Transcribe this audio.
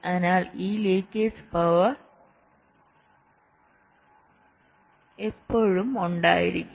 അതിനാൽ ഈ leakage power എപ്പോഴും ഉണ്ടായിരിക്കും